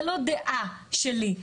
זה לא דעה שלי.